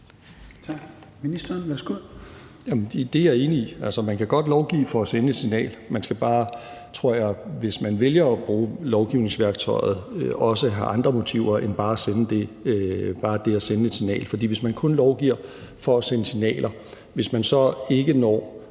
Det er jeg enig i. Man kan godt lovgive for at sende et signal, men man skal, tror jeg, hvis man vælger at bruge lovgivningsværktøjet, også have andre motiver end bare det at sende et signal. For man bliver, hvis man kun lovgiver for at sende et signal og man så ikke når